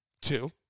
Two